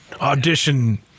audition